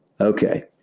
Okay